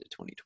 2020